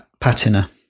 patina